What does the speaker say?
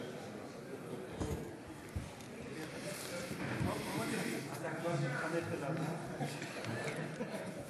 אינה נוכחת זאב אלקין,